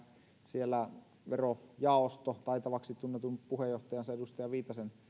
siellä verojaosto taitavaksi tunnetun puheenjohtajansa edustaja viitasen